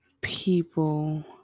people